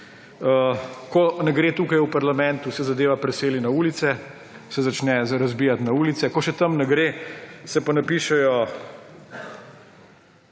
Ko ne gre tukaj v parlamentu, se zadeva preseli na ulice, se začne razbijati na ulicah. Ko še tam ne gre, se pa napišejo